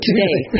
Today